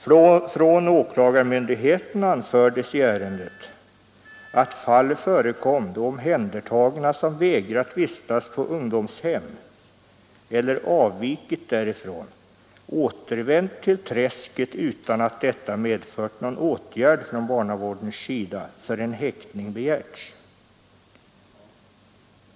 Från åklagarmyndigheten anfördes att fall förekom då omhändertagna som vägrat vistas på ungdomshem eller avvikit därifrån återvänt till ”träsket” utan att detta medfört någon åtgärd från barnavårdens sida förrän häktning begärts.